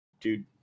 Dude